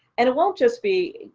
and it won't just be